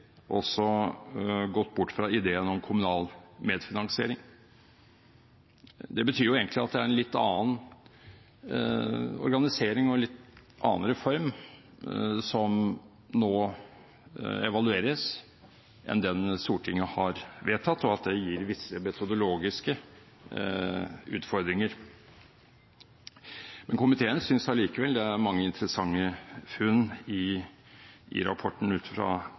også gått bort fra ideen om kommunal medfinansiering. Det betyr egentlig at det er en litt annen organisering og en litt annen reform enn den Stortinget har vedtatt, som nå evalueres, og at det gir visse metodologiske utfordringer. Komiteen synes allikevel det er mange interessante funn i rapporten, ut fra